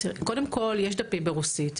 קודם כל, יש דפים ברוסית.